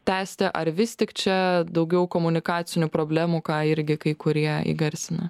tęsti ar vis tik čia daugiau komunikacinių problemų ką irgi kai kurie įgarsina